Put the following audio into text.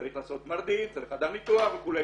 צריך לעשות מרדים, צריך חדר ניתוח וכו'.